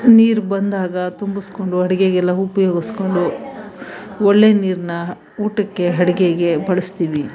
ನೀರು ಬಂದಾಗ ತುಂಬಿಸ್ಕೊಂಡು ಅಡುಗೆಗೆಲ್ಲ ಉಪಯೋಗಿಸ್ಕೊಂಡು ಒಳ್ಳೆ ನೀರನ್ನ ಊಟಕ್ಕೆ ಅಡುಗೆಗೆ ಬಳಸ್ತೀವಿ